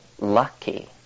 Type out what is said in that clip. lucky